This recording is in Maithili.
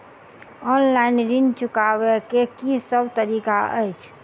ऑनलाइन ऋण चुकाबै केँ की सब तरीका अछि?